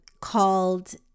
called